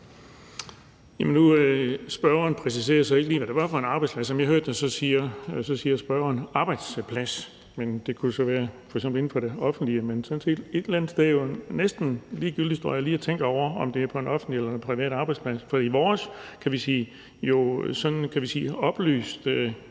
spørgeren så ikke lige, hvad det er for en arbejdsplads. Som jeg hørte det, siger spørgeren »en arbejdsplads«, og det kunne jo så f.eks. være inden for det offentlige. Men et eller andet sted er det jo næsten ligegyldigt – står jeg lige og tænker – om det er på en offentlig eller privat arbejdsplads, for i vores oplyste,